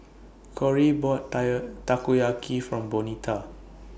Kory bought Takoyaki For Bonita